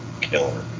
killer